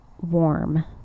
warm